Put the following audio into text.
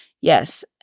Yes